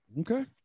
Okay